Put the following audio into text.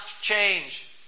change